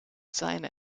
seine